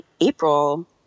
April